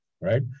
right